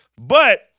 But-